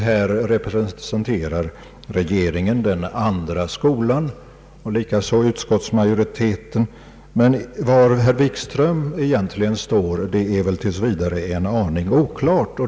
Här representerar regeringen liksom utskottsmajoriteten den andra skolan. Men var herr Wikström egentligen står är väl tills vidare en aning oklart.